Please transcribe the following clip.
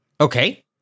Okay